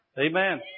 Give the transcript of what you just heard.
Amen